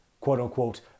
quote-unquote